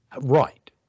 Right